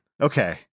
Okay